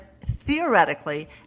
theoretically